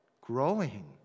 growing